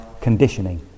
conditioning